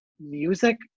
music